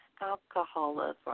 alcoholism